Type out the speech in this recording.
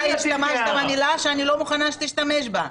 השתמשת במילה שאני לא מוכנה שתשתמש בה.